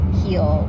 heal